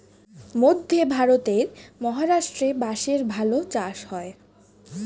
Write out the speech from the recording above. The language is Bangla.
মধ্যে ভারতের মহারাষ্ট্রে বাঁশের ভালো চাষ হয়